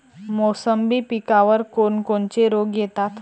मोसंबी पिकावर कोन कोनचे रोग येतात?